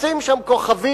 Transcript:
לשים שם כוכבית